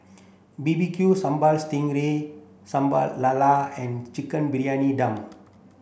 B B Q Sambal Sting Ray Sambal Lala and Chicken Briyani Dum